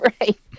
Right